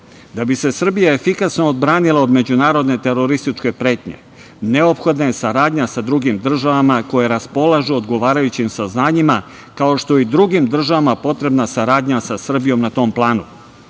Da bi se Srbija efikasno odbranila od međunarodne terorističke pretnje neophodna je saradnja sa drugim državama koje raspolažu odgovarajućim saznanjima, kao što je i drugim državama potrebna saradnja sa Srbijom na tom